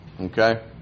Okay